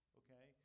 okay